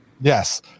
Yes